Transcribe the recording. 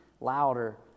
louder